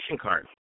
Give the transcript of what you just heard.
card